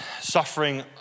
suffering